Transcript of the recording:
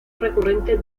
recurrente